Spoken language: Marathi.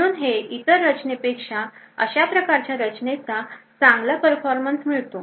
म्हणून हे इतर रचनेपेक्षा अशा प्रकारच्या रचनेचा चांगला परफॉर्मन्स मिळतो